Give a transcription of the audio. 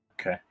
Okay